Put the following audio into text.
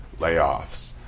layoffs